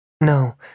No